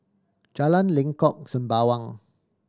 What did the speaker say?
Jalan Lengkok Sembawang